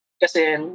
kasi